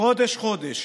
חודש-חודש,